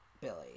Billy